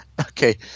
Okay